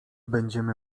będziemy